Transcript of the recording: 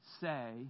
say